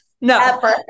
no